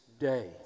day